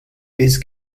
biss